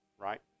Right